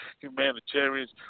humanitarians